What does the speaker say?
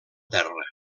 terra